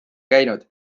käinud